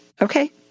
Okay